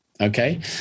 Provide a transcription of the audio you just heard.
okay